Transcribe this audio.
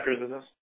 business